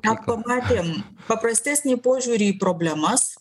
ką pamatėm paprastesnį požiūrį į problemas